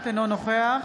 אינו נוכח